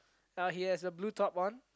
uh he has a blue top on